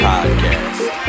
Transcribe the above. Podcast